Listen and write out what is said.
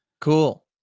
Cool